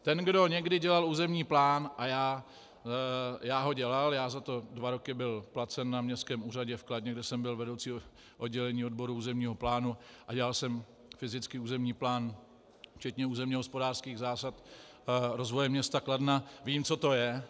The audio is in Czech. Ten, kdo někdy dělal územní plán, a já ho dělal, já za to dva roky byl placen na Městském úřadě v Kladně, kde jsem byl vedoucí oddělení odboru územního plánu, dělal jsem fyzicky územní plán včetně územně hospodářských zásad rozvoje města Kladna, vím, co to je.